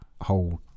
whole